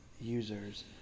users